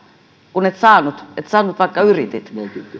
kun et saanut et saanut vaikka yritit